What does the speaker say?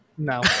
no